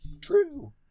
True